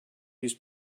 used